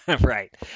Right